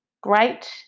Great